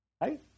Right